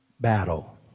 battle